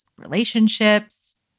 Relationships